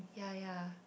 ya ya